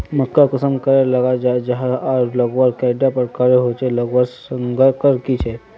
मक्का कुंसम करे लगा जाहा जाहा आर लगवार कैडा प्रकारेर होचे लगवार संगकर की झे?